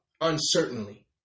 uncertainly